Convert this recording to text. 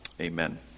Amen